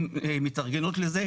הם מתארגנות לזה,